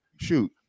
shoot